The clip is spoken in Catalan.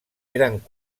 eren